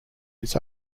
its